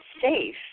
safe